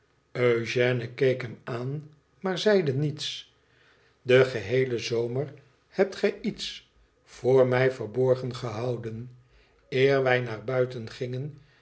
keek hem aan maar zeide niets den ffeheelen zomer hebt gij iets voor mij verborgen gehouden eer wij naar buiten gingen